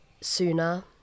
sooner